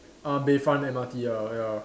ah Bayfront M_R_T ya ya